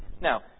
now